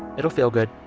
it'll feel good.